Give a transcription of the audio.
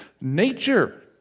nature